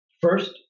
first